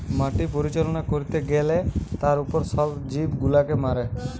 মাটি পরিচালনা করতে গ্যালে তার উপর সব জীব গুলাকে মারে